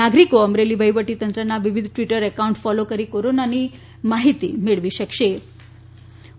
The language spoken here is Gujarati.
નાગરીકો અમરેલી વફીવટી તંત્રના વિવિધ ટવીટર એકાઉન્ટ ફોલોવ કરી કોરોનાની માહિતી મેળવવા જણાવ્યું છે